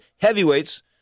heavyweights